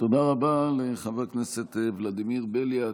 תודה רבה לחבר הכנסת ולדימיר בליאק.